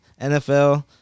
NFL